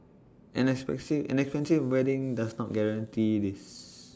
an expensive an expensive wedding does not guarantee this